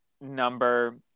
number